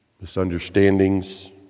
misunderstandings